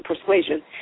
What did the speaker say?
persuasion